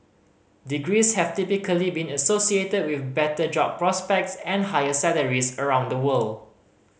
degrees have typically been associated with better job prospects and higher salaries around the world